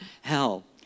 hell